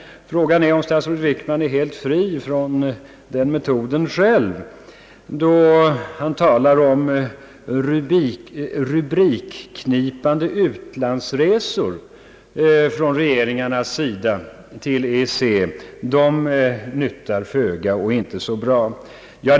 Frågan är om statsrådet Wickman är helt fri från den metoden själv då han talar om att »rubrikknipande utlandsresor» från regeringarnas sida till EEC nyttar föga och att de inte är så bra.